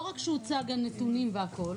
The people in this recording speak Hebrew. לא רק שהוצגו הנתונים והכל,